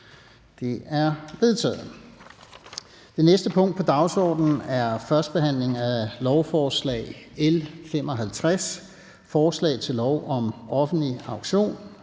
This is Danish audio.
Det er vedtaget. --- Det næste punkt på dagsordenen er: 5) 1. behandling af lovforslag nr. L 19: Forslag til lov om ændring af